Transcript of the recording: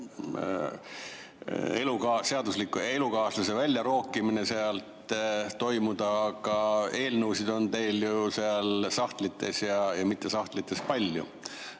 elukaaslase väljarookimine seal toimuda, aga eelnõusid on teil seal sahtlites ja mitte sahtlites palju.